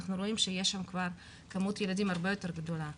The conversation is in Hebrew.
אנחנו רואים שיש שם כבר כמות ילדים הרבה יותר גדולה,